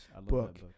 book